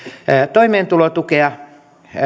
toimeentulotukea